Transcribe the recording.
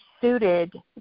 suited